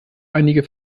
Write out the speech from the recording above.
einige